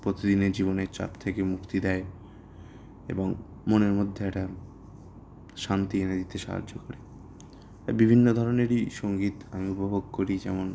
প্রতিদিনের জীবনের চাপ থেকে মুক্তি দেয় এবং মনের মধ্যে একটা শান্তি এনে দিতে সাহায্য করে তাই বিভিন্ন ধরনেরই সংগীত আমি উপভোগ করি যেমন